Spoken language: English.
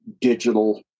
digital